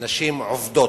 נשים עובדות.